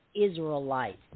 Israelites